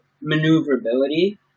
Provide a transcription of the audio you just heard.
maneuverability